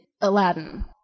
Aladdin